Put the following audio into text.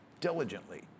Diligently